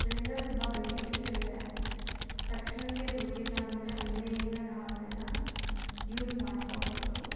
ಅದರಿಂದ ತುಂಬ ಬೆನಿಫಿಟ್ಟೂ ಇದೆ ತಕ್ಷಣಕ್ಕೆ ದುಡ್ಡಿಲ್ಲ ಅಂದರೆ ವಿಮೆಯಿಂದ ನಾವು ಅದನ್ನು ಯೂಸ್ ಮಾಡ್ಕೊಬೋದು